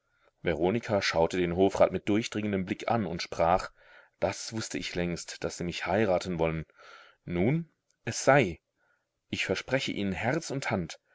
veronika schaute den hofrat mit durchdringendem blick an und sprach das wußte ich längst daß sie mich heiraten wollen nun es sei ich verspreche ihnen herz und hand